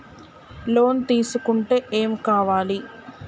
Loan తీసుకుంటే ఏం కావాలి?